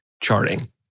charting